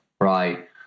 right